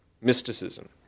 mysticism